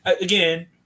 Again